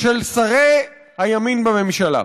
של שרי הימין בממשלה.